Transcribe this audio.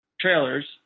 trailers